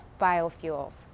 biofuels